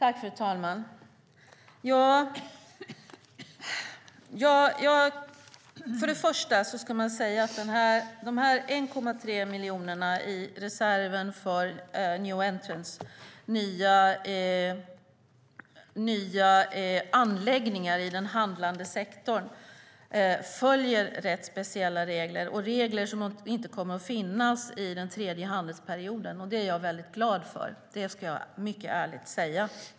Fru talman! Först ska man säga att de här 1,3 miljonerna i reserven för new entrants, nya anläggningar i den handlande sektorn, följer rätt speciella regler. Det är regler som inte kommer att finnas i den tredje handelsperioden. Det är jag väldigt glad för - det ska jag mycket ärligt säga.